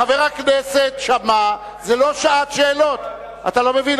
חבר הכנסת שאמה, זו לא שעת שאלות, אתה לא מבין?